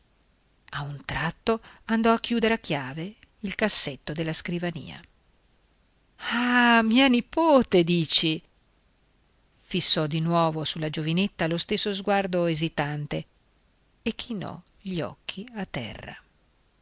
a tutt'altro a un tratto andò a chiudere a chiave il cassetto della scrivania ah mia nipote dici fissò di nuovo sulla giovinetta lo stesso sguardo esitante e chinò gli occhi a terra